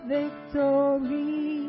victory